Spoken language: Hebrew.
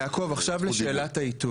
יעקב, עכשיו לשאלת העיתוי.